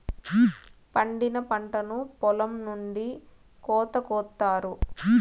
పండిన పంటను పొలం నుండి కోత కొత్తారు